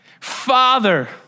Father